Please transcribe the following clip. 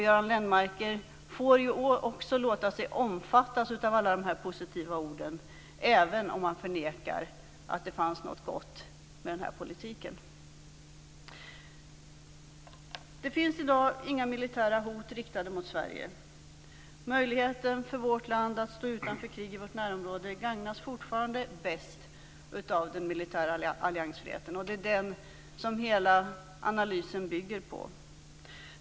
Göran Lennmarker får också låta sig omfattas av alla dessa positiva ord, även om han förnekar att det fanns något gott med den här politiken. Det finns i dag inga militära hot mot Sverige. Möjligheten för vårt land att stå utanför krig i vårt närområde gagnas fortfarande bäst av den militära alliansfriheten, och det är den som hela analysen bygger på.